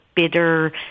bitter